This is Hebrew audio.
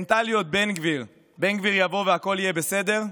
מנטליות בן גביר, בן גביר יבוא והכול יהיה בסדר,